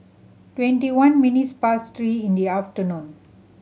twenty one minutes past three in the afternoon